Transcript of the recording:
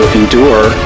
endure